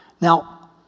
Now